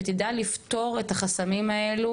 שתדע לפתור את החסמים האלה